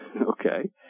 okay